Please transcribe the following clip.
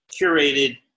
curated